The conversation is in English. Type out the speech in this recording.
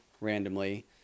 randomly